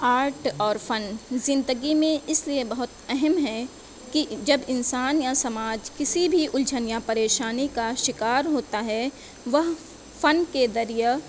art اور فن زندگی میں اس لیے بہت اہم ہیں کہ جب انسان یا سماج کسی بھی الجھن یا پریشانی کا شکار ہوتا ہے وہ فن کے ذریعہ